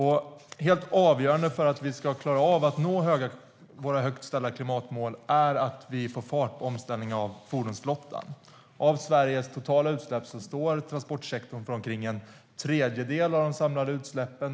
Helt avgörande för att vi ska klara av att nå våra högt ställda klimatmål är att vi får fart på omställningen av fordonsflottan. Av Sveriges totala utsläpp står transportsektorn för omkring en tredjedel av de samlade utsläppen.